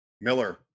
Miller